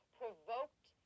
provoked